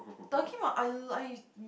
talking about I l~ I